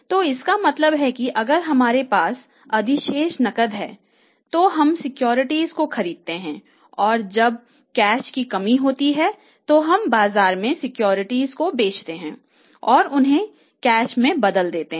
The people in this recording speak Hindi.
तो इसका मतलब है कि अगर हमारे पास अधिशेष नकद है तो हम सिक्योरिटीज को खरीदते हैं और जब नकद की कमी होती है तो हम बाजार में सिक्योरिटीज को बेचते हैं और उन्हें नकद में बदल देते हैं